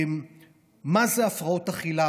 מה זה הפרעות אכילה?